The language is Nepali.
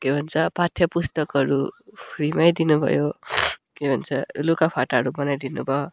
के भन्छ पाठ्य पुस्तकहरू फ्रीमै दिनुभयो के भन्छ लुगा फाटाहरू बनाइ दिनुभयो